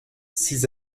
six